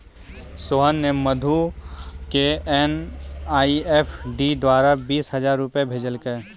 सोहन ने मधु क एन.ई.एफ.टी द्वारा बीस हजार रूपया भेजलकय